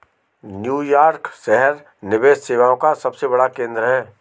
New York शहर निवेश सेवाओं का सबसे बड़ा केंद्र है